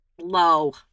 low